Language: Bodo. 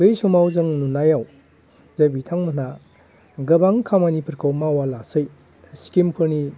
बै समाव जों नुनायाव जे बिथांमोनहा गोबां खामानिफोरखौ मावालासै स्किमफोरनि